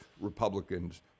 Republicans